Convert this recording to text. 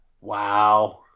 Wow